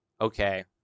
okay